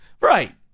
Right